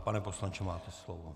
Pane poslanče, máte slovo.